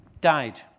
died